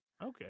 Okay